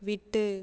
விட்டு